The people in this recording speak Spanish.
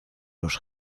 los